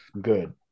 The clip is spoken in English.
good